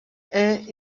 haye